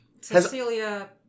Cecilia